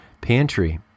pantry